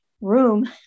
room